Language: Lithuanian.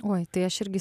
oi tai aš irgi